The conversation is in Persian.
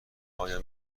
آیا